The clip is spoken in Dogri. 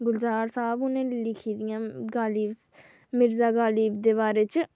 गुलजार साहब होरें लिखी दियां मिर्जा गालिब दे बारे च